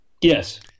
Yes